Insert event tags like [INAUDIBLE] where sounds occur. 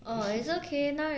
[LAUGHS]